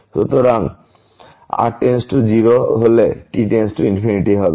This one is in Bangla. সুতরাং যদি → 0 t→∞